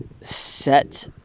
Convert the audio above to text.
set